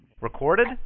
Recorded